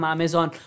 Amazon